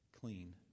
clean